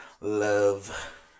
love